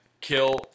kill